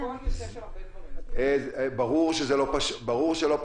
זה פועל יוצא של 45. ברור שלא פשוט,